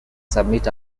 submit